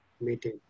meeting